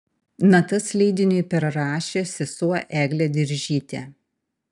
natas leidiniui perrašė sesuo eglė diržytė